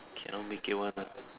cannot make it one uh